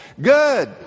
Good